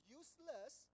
useless